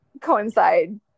coincide